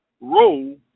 role